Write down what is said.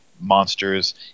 monsters